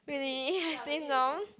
really I say no